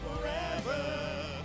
forever